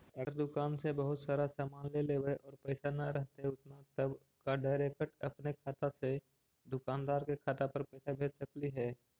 अगर दुकान से बहुत सारा सामान ले लेबै और पैसा न रहतै उतना तब का डैरेकट अपन खाता से दुकानदार के खाता पर पैसा भेज सकली हे?